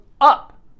up